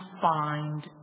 find